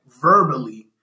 verbally